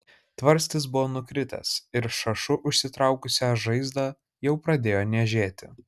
tvarstis buvo nukritęs ir šašu užsitraukusią žaizdą jau pradėjo niežėti